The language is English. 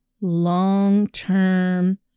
long-term